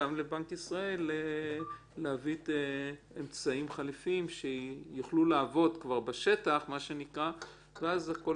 גם לבנק ישראל לתת אמצעים חלופיים שיוכלו לעבוד כבר בשטח ואז הכול